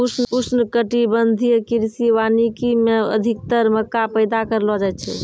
उष्णकटिबंधीय कृषि वानिकी मे अधिक्तर मक्का पैदा करलो जाय छै